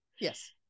yes